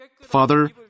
Father